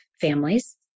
families